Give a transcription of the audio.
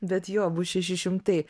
bet jo bus šeši šimtai